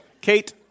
Kate